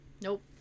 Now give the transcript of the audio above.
Nope